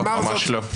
ממש לא.